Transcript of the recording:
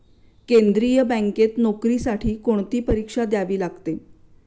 केंद्रीय बँकेत नोकरीसाठी कोणती परीक्षा द्यावी लागते?